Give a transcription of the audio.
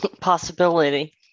possibility